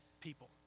people